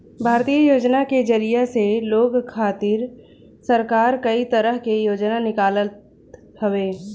भारतीय योजना के जरिया से लोग खातिर सरकार कई तरह के योजना निकालत हवे